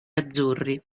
azzurri